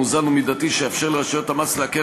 מאוזן ומידתי שיאפשר לרשויות המס לעקל